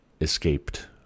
escaped